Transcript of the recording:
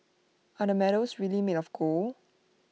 are the medals really made of gold